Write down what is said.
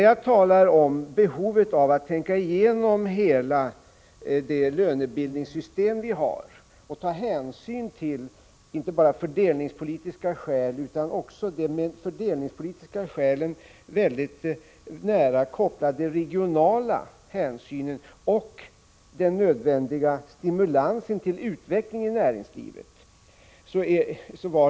Det finns ett behov att förutsättningslöst pröva hela det lönebildningssystem vi har. Det finns inte bara fördelningspolitiska skäl, utan de med de fördelningspolitiska skälen väldigt nära kopplade regionala hänsynen och den nödvändiga stimulansen till utveckling i näringslivet att ta.